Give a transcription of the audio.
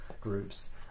groups